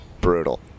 Brutal